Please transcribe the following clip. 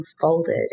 unfolded